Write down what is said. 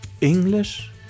English